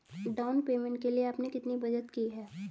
Down payment के लिए आपने कितनी बचत की है?